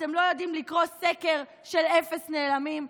אתם לא יודעים לקרוא סקר של אפס נעלמים?